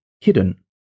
hidden